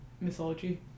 mythology